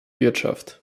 wirtschaft